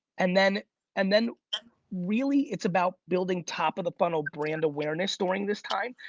and then and then really it's about building top of the funnel, brand awareness during this time.